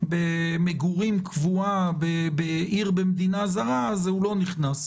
מגורים קבועה בעיר במדינה זרה אז הוא לא נכלל.